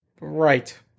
Right